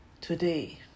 today